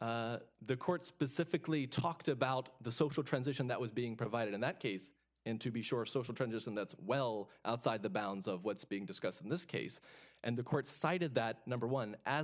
the court specifically talked about the social transition that was being provided in that case into the shore social trenches and that's well outside the bounds of what's being discussed in this case and the court cited that number one as